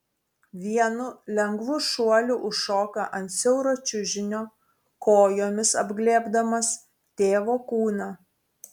vienu lengvu šuoliu užšoka ant siauro čiužinio kojomis apglėbdamas tėvo kūną